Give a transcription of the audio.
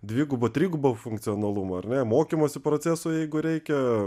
dvigubo trigubo funkcionalumo ar ne mokymosi procesui jeigu reikia